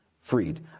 freed